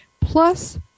Plus